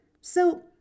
so